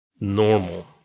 normal